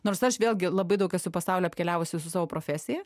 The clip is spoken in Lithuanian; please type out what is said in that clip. nors aš vėlgi labai daug esu pasaulio apkeliavusi su savo profesija